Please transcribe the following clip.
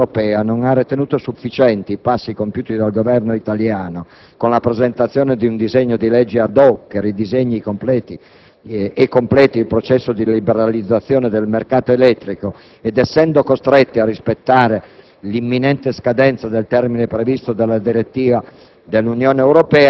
Poiché la Commissione europea non ha ritenuto sufficienti i passi compiuti dal Governo italiano con la presentazione di un disegno di legge *ad hoc* che ridisegni e completi il processo di liberalizzazione del mercato elettrico, ed essendo costretti a rispettare l'imminente scadenza del termine previsto dalla direttiva